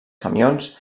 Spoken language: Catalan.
camions